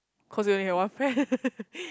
cause you only have one friend